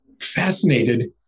fascinated